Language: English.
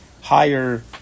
higher